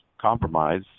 compromise